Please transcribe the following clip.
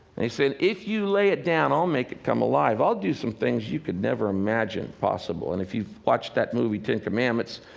and he's saying, if you lay it down, i'll make it come alive. i'll do some things you could never imagine possible. and if you've watched that movie, ten commandments,